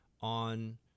on